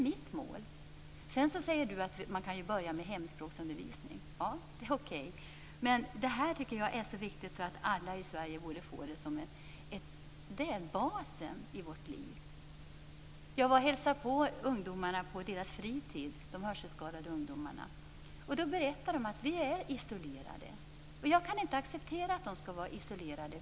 Man kan, som sades, börja med hemspråksundervisning - det är okej. Men detta är så viktigt att alla i Sverige borde få tillgång till det. Det är basen i vårt liv. Jag hälsade på de hörselskadade ungdomarna på deras fritis, och de berättade att de var isolerade. Jag kan inte acceptera det.